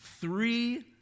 three